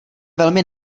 velmi